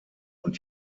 und